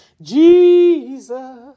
jesus